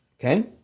Okay